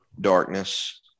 darkness